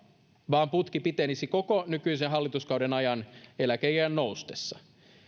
vaan putki pitenisi koko nykyisen hallituskauden ajan eläkeiän noustessa